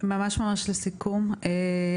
לסיכום,